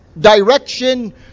direction